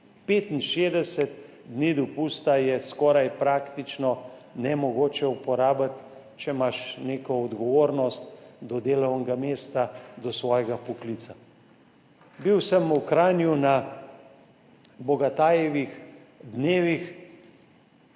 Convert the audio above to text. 65 dni dopusta je skoraj praktično nemogoče uporabiti, če imaš neko odgovornost do delovnega mesta, do svojega poklica. Bil sem v Kranju na Bogatajevih dnevih.